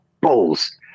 Balls